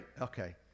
Okay